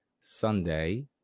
sunday